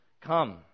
come